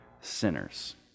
sinners